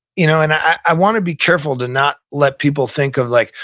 you know and i want to be careful to not let people think of, like,